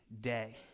day